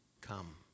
come